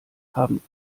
haben